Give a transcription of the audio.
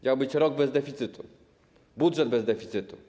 Miał być rok bez deficytu, budżet bez deficytu.